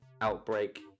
outbreak